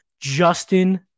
Justin